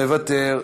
מוותר,